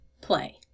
play